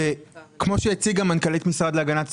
כמו שהציגה מנכ"לית משרד להגנת הסביבה,